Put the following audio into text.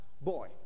boy